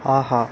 ஆஹா